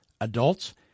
adults